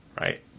right